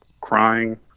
crying